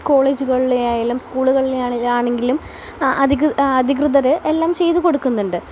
കോളേജുകളിലെ ആയാലും സ്കൂളുകളിലാണെങ്കിലും അധികം അധികൃതർ എല്ലാം ചെയ്തു കൊടുക്കുന്നുണ്ട്